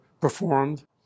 performed